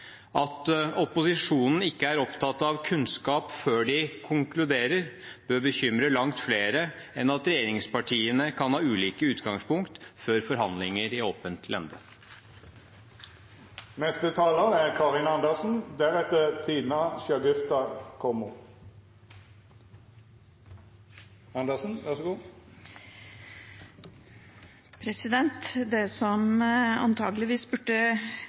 At opposisjonen ikke er opptatt av kunnskap før de konkluderer, bør bekymre langt flere enn at regjeringspartiene kan ha ulike utgangspunkt før forhandlinger i åpent lende. Det som antageligvis burde